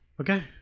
Okay